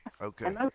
Okay